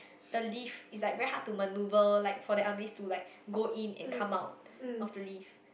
the lift is like very hard to manoeuvre like for the elderlies to like go in and come out of the lift